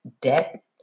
debt